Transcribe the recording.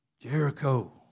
Jericho